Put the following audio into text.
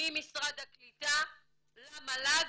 ממשרד הקליטה למל"ג